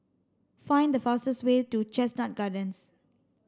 find the fastest way to Chestnut Gardens